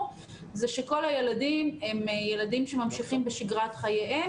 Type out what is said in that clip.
זה שכל הילדים הם ילדים שממשיכים בשגרת חייהם,